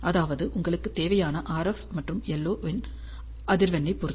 அதாவது உங்களுக்கு தேவையான RF மற்றும் LO இன் அதிர்வெண்களை பொருத்து